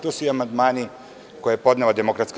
Tu su i amandmani koje je podnela DS.